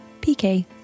pk